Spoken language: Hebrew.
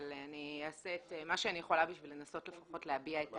אני אעשה את מה שאני יכולה בשביל לנסות לפחות להביע את